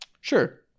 Sure